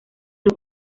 los